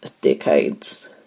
decades